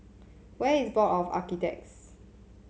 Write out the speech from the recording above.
where is Board of Architects